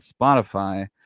Spotify